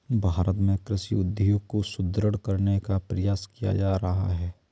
भारत में कृषि उद्योग को सुदृढ़ करने का प्रयास किया जा रहा है